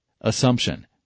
Assumption